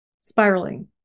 spiraling